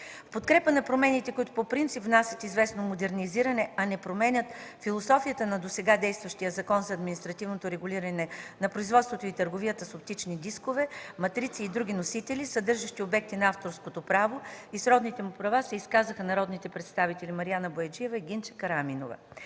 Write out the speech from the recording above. подкрепа на промените, които по принцип внасят известно модернизиране, а не променят философията на досега действащия Закон за административното регулиране на производството и търговията с оптични дискове, матрици и други носители, съдържащи обекти на авторското право и сродните му права, се изказаха народните представители Мариана Бояджиева и Гинче Караминова.